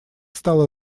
стала